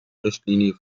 richtlinie